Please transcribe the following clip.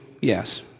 yes